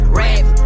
rap